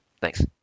Thanks